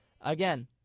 again